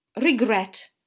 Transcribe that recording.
REGRET